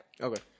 Okay